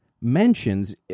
mentions